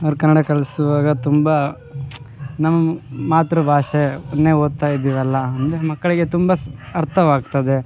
ಅವ್ರು ಕನ್ನಡ ಕಲಿಸುವಾಗ ತುಂಬ ನಮ್ಮ ಮಾತೃಭಾಷೆ ಓದ್ತಾ ಇದ್ದಿವಲ್ಲ ಅಂದರೆ ಮಕ್ಕಳಿಗೆ ತುಂಬಾ ಅರ್ಥವಾಗ್ತದೆ